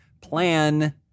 plan